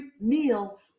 meal